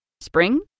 Spring